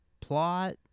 plot